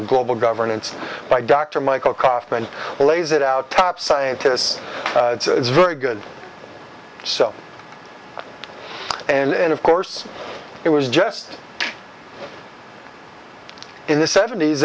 or global governance by dr michael kauffman lays it out top scientists it's very good so and of course it was just in the seventies